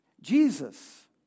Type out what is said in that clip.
Jesus